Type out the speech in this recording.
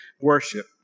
worship